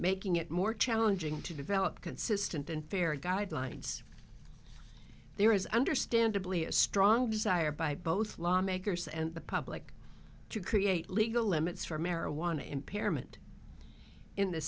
making it more challenging to develop consistent and fair guidelines there is understandably a strong desire by both lawmakers and the public to create legal limits for marijuana impairment in the